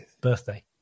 birthday